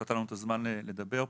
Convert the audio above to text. שנתת לנו את הזמן לדבר פה.